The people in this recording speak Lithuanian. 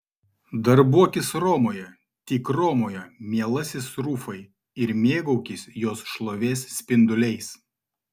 darbuokis romoje tik romoje mielasis rufai ir mėgaukis jos šlovės spinduliais